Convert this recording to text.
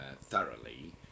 thoroughly